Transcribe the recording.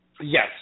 Yes